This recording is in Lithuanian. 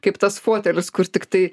kaip tas fotelis kur tiktai